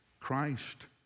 Christ